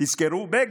תזכרו, בגין.